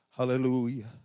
Hallelujah